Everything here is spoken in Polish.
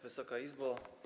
Wysoka Izbo!